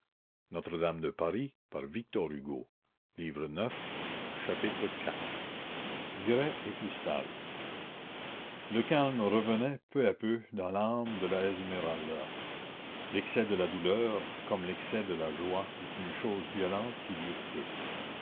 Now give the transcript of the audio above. iv grès et cristal le calme revenait peu à peu dans l'âme de la esmeralda l'excès de la douleur comme l'excès de la joie est une chose violente qui dure peu